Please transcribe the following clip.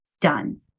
done